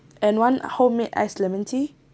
one homemade iced lemon tea